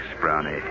Brownie